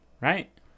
Right